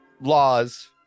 laws